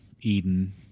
Eden